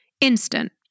Instant